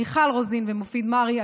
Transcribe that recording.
מיכל רוזין ומופיד מרעי,